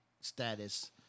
status